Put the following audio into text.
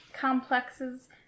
complexes